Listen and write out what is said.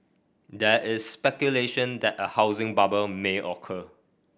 there is speculation that a housing bubble may occur